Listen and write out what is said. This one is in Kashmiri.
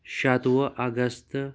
شتوُہ اَگستہٕ